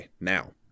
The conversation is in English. now